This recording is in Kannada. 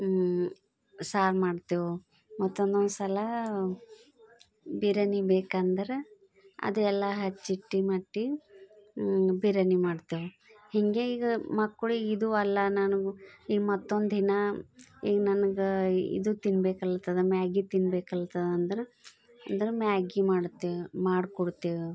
ಸಾರು ಮಾಡ್ತೇವೆ ಮತ್ತು ಒಂದೊಂದ್ಸಲ ಬಿರಿಯಾನಿ ಬೇಕೆಂದ್ರೆ ಅದೆಲ್ಲ ಹೆಚ್ಚಿಟ್ಟು ಮತ್ತೆ ಬಿರಿಯಾನಿ ಮಾಡ್ತೇವೆ ಹೀಗೇ ಈಗ ಮಕ್ಕಳು ಇದು ಅಲ್ಲ ನನಗೆ ಈಗ ಮತ್ತೊಂದಿನ ಈಗ ನನ್ಗೆ ಇದು ತಿನ್ಬೇಕಲತ್ತದ ಮ್ಯಾಗಿ ತಿನ್ಬೇಕಲತ್ತದ ಅಂದ್ರೆ ಅಂದ್ರೆ ಮ್ಯಾಗಿ ಮಾಡ್ತೇವೆ ಮಾಡ್ಕೊಡ್ತೇವೆ